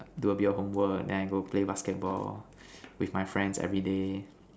do a bit of homework then I go play basketball with my friends everyday